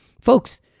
Folks